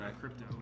crypto